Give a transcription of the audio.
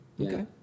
Okay